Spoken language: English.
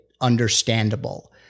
understandable